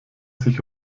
sich